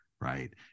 right